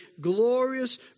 glorious